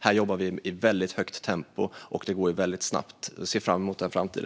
Här jobbar vi i ett väldigt högt tempo, och det går väldigt snabbt. Jag ser fram mot denna framtid.